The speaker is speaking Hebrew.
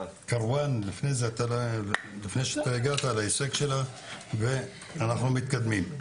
כרואן לפני שאתה הגעת על ההישג שלה ואנחנו מתקדמים.